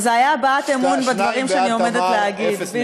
לא, זה היה הבעת אמון בדברים שאני עומדת להגיד.